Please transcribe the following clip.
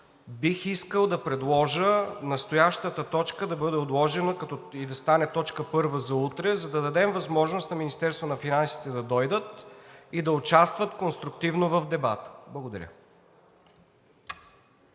бих искал да предложа настоящата точка да бъде отложена и да стане точка първа за утре, за да дадем възможност на Министерството на финансите да дойдат и да участват конструктивно в дебата. Благодаря.